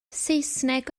saesneg